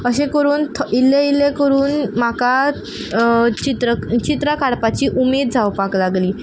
अशें करून थ इल्लें इल्लें करून म्हाका चित्र चित्रां काडपाची उमेद जावपाक लागली